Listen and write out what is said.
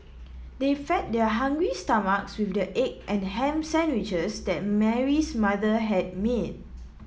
they fed their hungry stomachs with the egg and ham sandwiches that Mary's mother had made